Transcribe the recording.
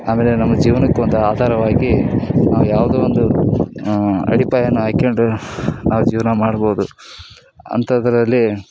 ಅಂದರೆ ನಮ್ಮ ಜೀವ್ನಕ್ಕೊಂದು ಆಧಾರವಾಗಿ ನಾವು ಯಾವುದೋ ಒಂದು ಅಡಿಪಾಯನ ಆಯ್ದ್ಕೊಂಡ್ರೆ ನಾವು ಜೀವನ ಮಾಡ್ಬೋದು ಅಂಥದ್ರಲ್ಲಿ